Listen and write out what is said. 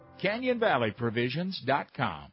CanyonValleyProvisions.com